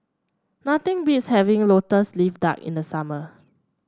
nothing beats having lotus leaf duck in the summer